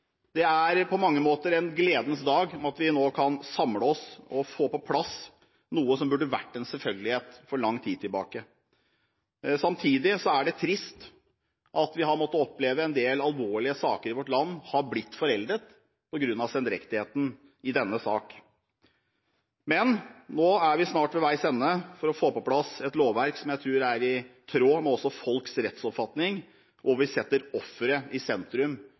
Det er på mange måter en gledens dag i og med at vi nå kan samle oss og få på plass noe som burde vært en selvfølgelighet for lang tid siden. Samtidig er det trist at vi har måttet oppleve at en del alvorlige saker i vårt land har blitt foreldet på grunn av sendrektigheten i denne saken. Men nå er vi snart ved veis ende for å få på plass et lovverk som jeg tror også er i tråd med folks rettsoppfatning, og hvor vi setter offeret i sentrum,